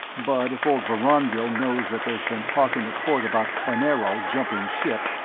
but if old vorongil knows that there's been talk in the port about klanerol jumping ship,